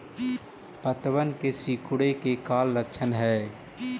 पत्तबन के सिकुड़े के का लक्षण हई?